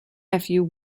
nephew